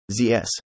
ZS